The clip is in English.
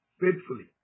faithfully